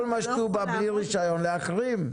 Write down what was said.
כל משטובה בלי רישיון להחרים.